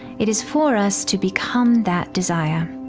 it is for us to become that desire.